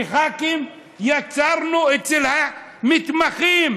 כח"כים, יצרנו אצל המתמחים.